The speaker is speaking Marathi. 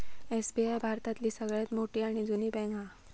एस.बी.आय भारतातली सगळ्यात मोठी आणि जुनी बॅन्क हा